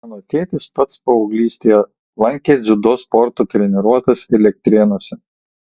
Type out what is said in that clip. mano tėtis pats paauglystėje lankė dziudo sporto treniruotes elektrėnuose